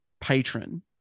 patron